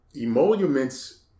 emoluments